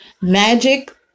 Magic